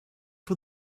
for